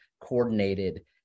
coordinated